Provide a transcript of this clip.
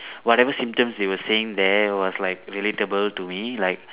whatever symptoms they were saying there was like relatable to me like